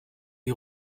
die